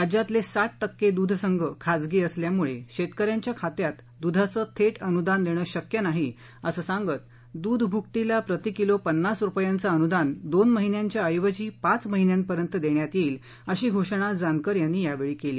राज्यातले साठ टक्के दुधसंघ खाजगी असल्यामुळे शेतक यांच्या खात्यात दुधाचं थेट अनुदान देणं शक्य नाही असं सांगत दुध भुकटीला प्रतिकिलो पन्नास रुपयांचं अनुदान दोन महिन्यांऐवजी पाच महिन्यांपर्यंत देण्यात येईल अशी घोषणा जानकर यांनी यावेळी केली